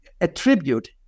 attribute